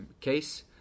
case